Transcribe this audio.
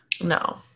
No